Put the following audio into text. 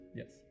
yes